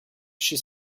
she